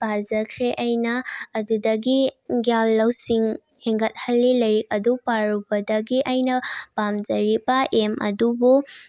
ꯄꯥꯖꯈ꯭ꯔꯦ ꯑꯩꯅ ꯑꯗꯨꯗꯒꯤ ꯒ꯭ꯌꯥꯟ ꯂꯧꯁꯤꯡ ꯍꯦꯟꯒꯠ ꯍꯜꯂꯤ ꯂꯥꯏꯔꯤꯛ ꯑꯗꯨ ꯄꯥꯔꯨꯕꯗꯒꯤ ꯑꯩꯅ ꯄꯥꯝꯖꯔꯤꯕ ꯑꯦꯝ ꯑꯗꯨꯕꯨ